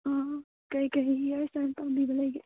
ꯑꯥ ꯀꯔꯤ ꯀꯔꯤ hair style ꯄꯥꯝꯕꯤꯕ ꯂꯩꯒꯦ